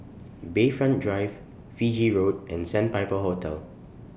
Bayfront Drive Fiji Road and Sandpiper Hotel